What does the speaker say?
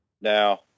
Now